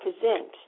present